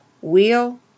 Wheel